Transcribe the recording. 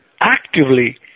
actively